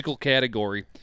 category